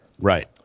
Right